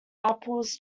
apples